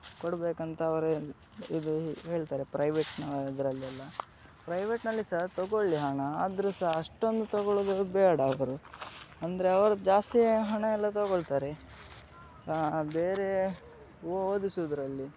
ಕೊಡಬೇಕಂತ ಅವರೇ ಇದು ಹೇಳ್ತಾರೆ ಪ್ರೈವೇಟ್ನ ಇದರಲ್ಲೆಲ್ಲ ಪ್ರೈವೇಟ್ನಲ್ಲಿ ಸಹ ತೊಗೊಳ್ಲಿ ಹಣ ಆದರೂ ಸಹ ಅಷ್ಟೊಂದು ತೊಗೊಳ್ಳೋದು ಬೇಡ ಅವರು ಅಂದರೆ ಅವರು ಜಾಸ್ತಿ ಹಣ ಎಲ್ಲ ತೊಗೊಳ್ತಾರೆ ಬೇರೆ ಓದಿಸೋದ್ರಲ್ಲಿ